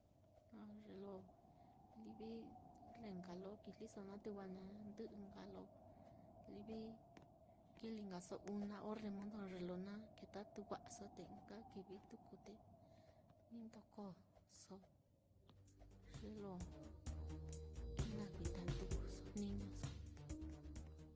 A ye lo livi orre nka lo kijliso naá te wa na ndɨ'i nka lo, livi kijli nkaso una orre modo ye lo na ketatu wa'aso, te ɨka kivi tuku te ni ndokoso, ye lo ki na kuita tukuso jniñoso.